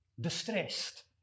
distressed